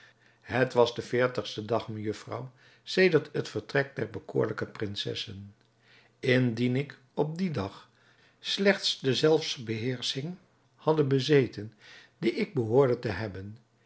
het was de veertigste dag mejufvrouw sedert het vertrek der bekoorlijke prinsessen indien ik op dien dag slechts de zelfsbeheersching hadde bezeten die ik behoorde te hebben